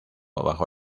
bajo